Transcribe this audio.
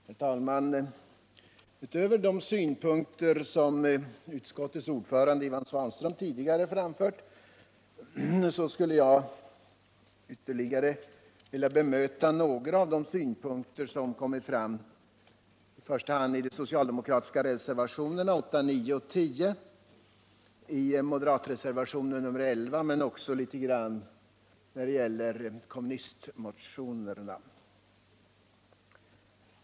Herr talman! Utöver de synpunkter som utskottets ordförande Ivan Svanström tidigare framfört skulle jag vilja bemöta ytterligare några av de synpunkter som kommit fram, i första hand i de socialdemokratiska reservationerna 8,9 och 10, i moderatreservationen 11 men också litet när det gäller kommunistmotionerna.